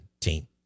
team